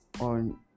on